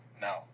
No